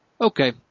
Okay